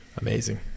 Amazing